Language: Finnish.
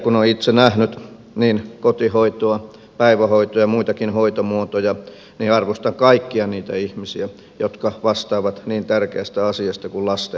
kun olen itse nähnyt niin kotihoitoa päivähoitoa ja muitakin hoitomuotoja niin arvostan kaikkia niitä ihmisiä jotka vastaavat niin tärkeästä asiasta kuin lasten kasvatuksesta